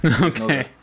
okay